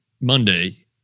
Monday